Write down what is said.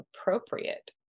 appropriate